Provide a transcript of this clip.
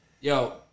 Yo